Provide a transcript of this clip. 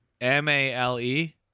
M-A-L-E